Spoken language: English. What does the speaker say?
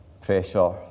pressure